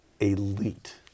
Elite